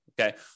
Okay